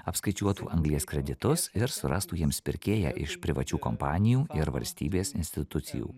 apskaičiuotų anglies kreditus ir surastų jiems pirkėją iš privačių kompanijų ir valstybės institucijų